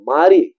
Mari